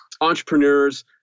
entrepreneurs –